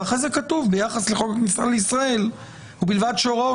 ואחרי זה כתוב ביחס לחוק הכניסה לישראל "ובלבד שהוראות